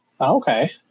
Okay